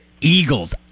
Eagles